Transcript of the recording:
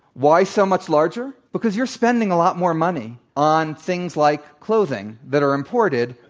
why so much larger? because you're spending a lot more money on things like clothing that are imported